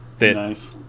Nice